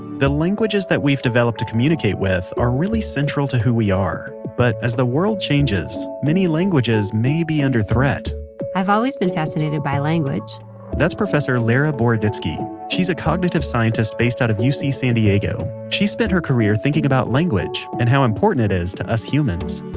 the languages that we've developed to communicate with are really central to who we are, but as the world changes, many languages may be under threat i've always been fascinated by language that's professor lera boroditsky. she's a cognitive scientist based out of uc san diego. she's spent her career thinking about language, and how important it is to us humans